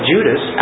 Judas